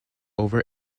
over